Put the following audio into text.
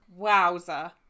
Wowza